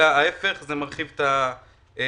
אלא ההיפך זה מרחיב את הפערים.